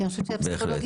בהחלט.